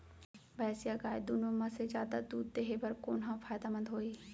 भैंस या गाय दुनो म से जादा दूध देहे बर कोन ह फायदामंद होही?